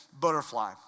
butterfly